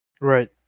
Right